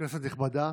כנסת נכבדה,